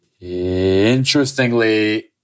Interestingly